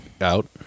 out